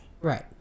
right